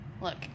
Look